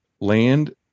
land